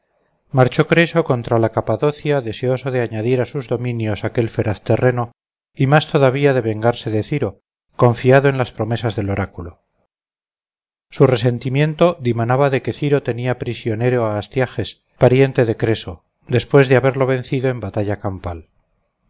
marchó creso contra la capadocia deseoso de añadir a sus dominios aquel feraz terreno y más todavía de vengarse de ciro confiado en las promesas del oráculo su resentimiento dimanaba de que ciro tenía prisionero a astiages pariente de creso después de haberlo vencido en batalla campal